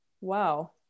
wow